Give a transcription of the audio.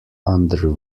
under